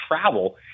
travel